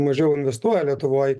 mažiau investuoja lietuvoj